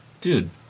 Dude